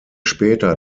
später